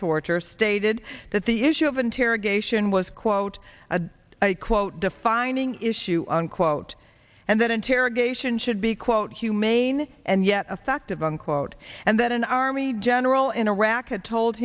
torture stated that the issue of interrogation was quote a quote defining issue unquote and that interrogation should be quote humane and yet effective unquote and that an army general in iraq